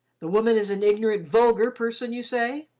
the woman is an ignorant, vulgar person, you say?